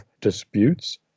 disputes